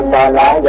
ah la la